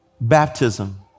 baptism